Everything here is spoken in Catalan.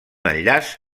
enllaç